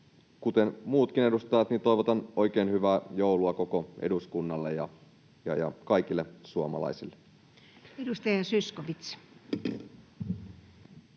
Kuten muutkin edustajat, toivotan oikein hyvää joulua koko eduskunnalle ja kaikille suomalaisille. [Speech